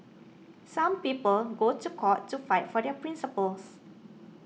some people go to court to fight for their principles